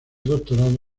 doctorado